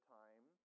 time